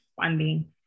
funding